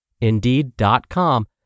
Indeed.com